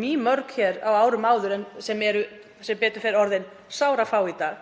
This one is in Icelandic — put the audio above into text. mýmörg hér á árum áður en eru sem betur fer orðin sárafá í dag.